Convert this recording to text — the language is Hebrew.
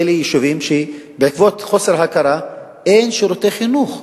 אלה יישובים שבעקבות חוסר הכרה אין בהם שירותי חינוך.